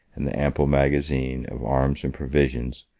and the ample magazines of arms and provisions,